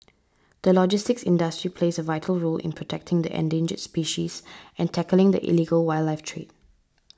the logistics industry plays a vital role in protecting the endangered species and tackling the illegal wildlife trade